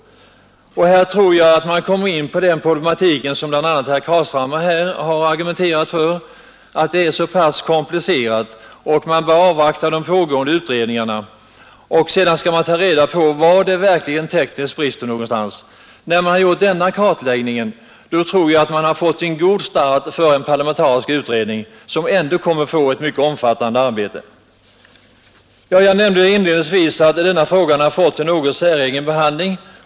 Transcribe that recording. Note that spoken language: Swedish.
Här kommer man in på den problematik som bl.a. herr Carlshamre berörde, att frågan är så komplicerad att man bör avvakta de pågående utredningarnas resultat. Därefter skall man ta reda på var det verkligen brister. Efter en sådan kartläggning tror jag att man har fått en god start för en parlamentarisk utredning som ändå kommer att få ett mycket omfattande arbete. Jag nämnde inledningsvis att frågan har fått en något säregen behandling.